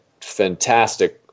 fantastic